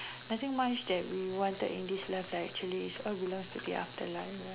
I think much that we wanted in this life right but actually is all belongs to the afterlife